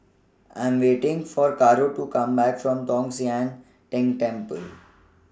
I Am waiting For Caro to Come Back from Tong Sian Tng Temple